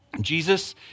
Jesus